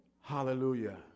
Hallelujah